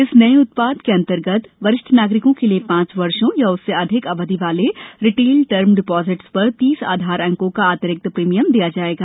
इस नये उत्पाद के अंतर्गत वरिष्ठ नागरिकों के लिए पांच वर्षों या उससे अधिक अविध वाले रिटेल टर्म डिपोजिट्स पर तीस आधार अंकों का अतिरिक्त प्रीमियम दिया जायेगा